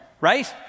right